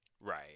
Right